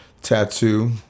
Tattoo